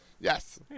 Yes